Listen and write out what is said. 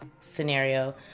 scenario